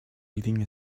reading